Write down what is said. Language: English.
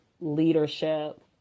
leadership